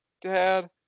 Dad